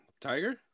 Tiger